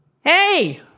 Hey